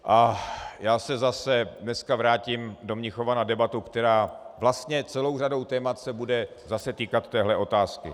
A já se zase dneska vrátím do Mnichova na debatu, která vlastně celou řadou témat se bude zase týkat této otázky.